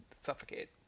suffocate